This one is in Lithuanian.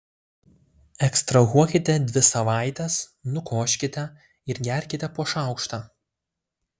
ekstrahuokite dvi savaites nukoškite ir gerkite po šaukštą